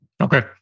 Okay